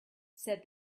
said